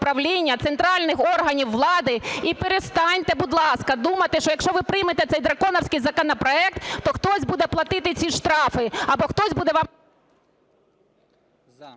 управління центральних органів влади. І перестаньте, будь ласка, думати, що, якщо ви приймете цей драконівський законопроект, то хтось буде платити ці штрафи або хтось буде…